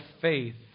faith